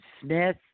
Smith